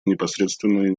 непосредственное